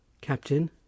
Captain